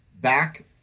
back